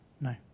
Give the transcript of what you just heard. No